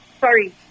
sorry